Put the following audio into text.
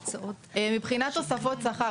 מבחינת תוספות שכר,